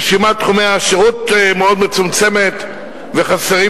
רשימת תחומי השירות מאוד מצומצמת וחסרים